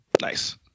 Nice